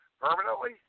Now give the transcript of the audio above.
Permanently